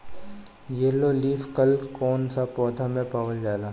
Yellow leaf curl कौन सा पौधा में पावल जाला?